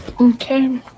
Okay